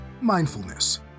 mindfulness